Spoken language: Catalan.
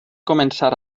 començar